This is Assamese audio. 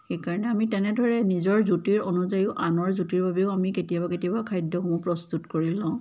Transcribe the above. সেইকাৰণে আমি তেনেদৰে নিজৰ জুতিৰ অনুযায়ীও আনৰ জুতিৰ বাবেও আমি কেতিয়াবা কেতিয়াবা খাদ্যকাৰ সমূহ প্ৰস্তুত কৰি লওঁ